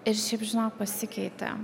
ir šiaip žinok pasikeitė